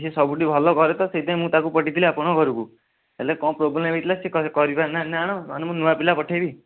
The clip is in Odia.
ସେ ସବୁଠି ଭଲକରେ ତ ସେଇଥିପାଇଁ ମୁଁ ତାକୁ ପଠେଇଥିଲି ଆପଣଙ୍କ ଘରକୁ ହେଲେ କଣ ପ୍ରୋବ୍ଲେମ୍ ହେଇଥିଲା ସେ କରିପାରିଲା ନା କଣ ନହନେ ମୁଁ ନୂଆଁ ପିଲା ପଠେଇବି